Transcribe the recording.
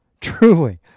Truly